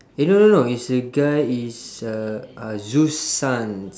eh no no no it's the guy is uh uh zeus' son